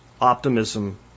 optimism